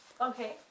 Okay